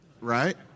Right